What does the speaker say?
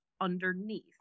underneath